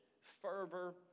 fervor